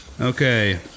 Okay